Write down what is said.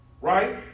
Right